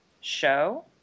show